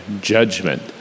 judgment